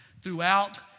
Throughout